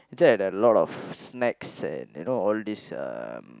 inside there a lot of snacks and you know all these um